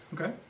Okay